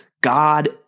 God